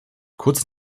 kurz